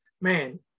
man